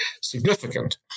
significant